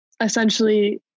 essentially